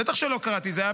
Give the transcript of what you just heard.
בטח שלא קראתי, זה היה